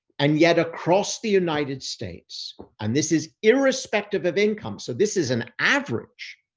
and yet across the united states and this is irrespective of income, so this is an average,